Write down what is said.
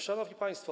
Szanowni Państwo!